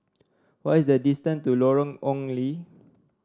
what is the distance to Lorong Ong Lye